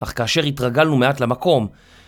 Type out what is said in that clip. אך כאשר התרגלנו מעט למקום